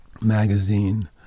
Magazine